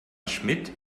schmidt